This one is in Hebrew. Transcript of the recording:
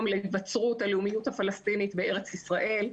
להיווצרות הלאומיות הפלסטינית בארץ ישראל.